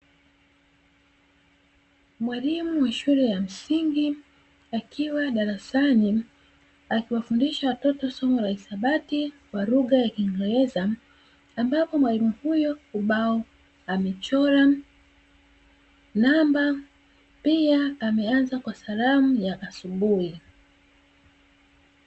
Mwalimu wa shule ya msingi akiwa darasani akiwafundisha watoto somo la shule ya hisabati, kwa lugha ya kingereza, ambapo mwalimu huyu ubaoni amechora namba, pia ameanza kwa salamu ya asubuhi.